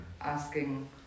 asking